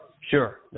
Sure